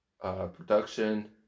production